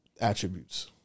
attributes